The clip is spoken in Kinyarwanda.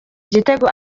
igitego